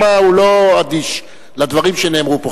השר שמע, הוא לא אדיש לדברים שנאמרו פה.